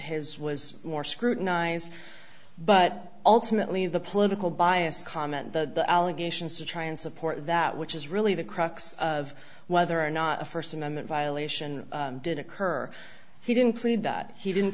his was more scrutinized but ultimately the political bias comment the allegations to try and support that which is really the crux of whether or not a first amendment violation did occur he didn't plead that he didn't